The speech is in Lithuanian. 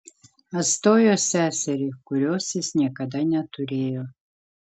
atstojo seserį kurios jis niekada neturėjo